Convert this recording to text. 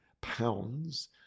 pounds